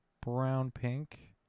brown-pink